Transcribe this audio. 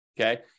okay